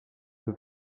peu